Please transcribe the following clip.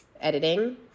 editing